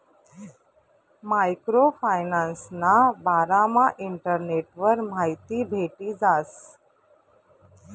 micro फायनान्सना बारामा इंटरनेटवर माहिती भेटी जास